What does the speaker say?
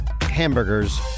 hamburgers